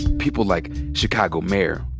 people like chicago mayor,